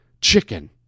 chicken